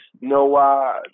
no